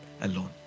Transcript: alone